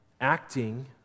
acting